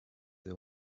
the